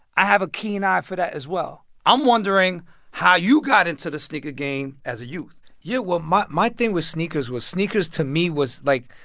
i have a keen eye for that as well. i'm wondering how you got into the sneaker game as a youth yeah. well, my my thing with sneakers was sneakers, to me, was, like,